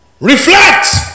Reflect